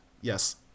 Yes